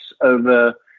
over